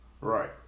Right